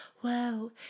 Whoa